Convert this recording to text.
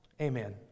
Amen